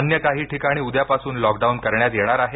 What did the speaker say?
अन्य काही ठिकाणी उद्यापासून लॉकडाऊन करण्यात येणार आहे